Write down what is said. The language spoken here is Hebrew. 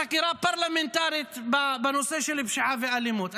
חקירה פרלמנטרית בנושא של פשיעה ואלימות?